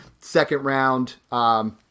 second-round